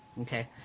Okay